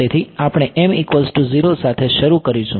તેથી આપણે સાથે શરૂ કરીશું